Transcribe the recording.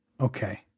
Okay